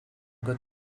good